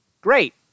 great